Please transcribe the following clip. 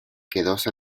quedóse